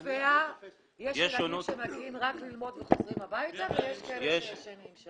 יש ילדים שבאים רק ללמוד וחוזרים הביתה ויש כאלה שנשארים לישון שם.